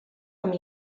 amb